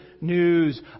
news